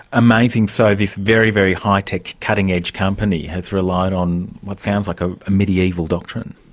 amazing, so this very, very high-tech, cutting-edge company has relied on what sounds like a medieval doctrine.